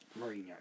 Mourinho